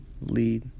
lead